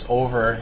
over